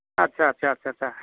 आच्चा आच्चा आच्चा